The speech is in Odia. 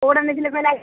କୋଉଟା ନେଇଥିଲ କହିଲେ ଆଉ